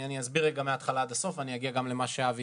אסביר רגע מהתחלה ועד הסוף ואגיע גם לטענה זו.